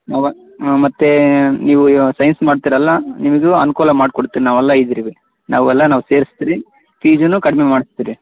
ಮತ್ತೆ ನೀವು ಸೈನ್ಸ್ ಮಾಡ್ತಿರಲ್ಲ ನಿಮಗೂ ಅನುಕೂಲ ಮಾಡಿಕೊಡ್ತೇವೆ ನಾವೆಲ್ಲ ಇದ್ರೇವೆ ನಾವೆಲ್ಲ ಸೇರಿಸ್ತೀವಿ ಫೀಸುನು ಕಡಿಮೆ ಮಾಡಿಸ್ತ್ರಿ